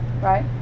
right